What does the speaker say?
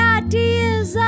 ideas